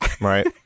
Right